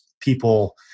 people